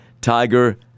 Tiger